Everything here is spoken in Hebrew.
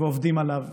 ועובדים עליו.